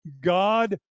God